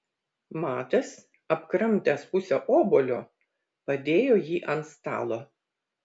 matas apkramtęs pusę obuolio padėjo jį ant stalo